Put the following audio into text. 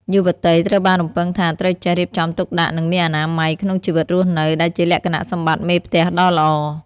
យុវតីត្រូវបានរំពឹងថា ត្រូវចេះ "រៀបចំទុកដាក់ និងមានអនាម័យ" ក្នុងជីវិតរស់នៅ ដែលជាលក្ខណៈសម្បត្តិមេផ្ទះដ៏ល្អ។